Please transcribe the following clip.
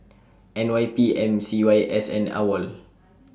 N Y P M C Y S and AWOL